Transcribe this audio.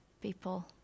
people